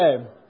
Okay